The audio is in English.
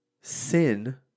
sin